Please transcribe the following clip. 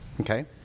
Okay